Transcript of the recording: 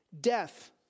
Death